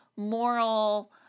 moral